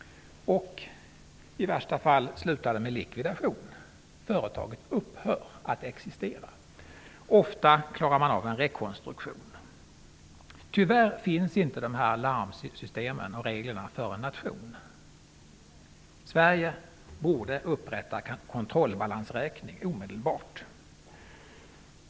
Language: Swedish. I värsta fall slutar det med likvidation, företaget upphör att existera. Ofta klarar man av en rekonstruktion. Tyvärr finns inte de här larmsystemen och reglerna för en nation. Sverige borde upprätta en kontrollbalansräkning omedelbart.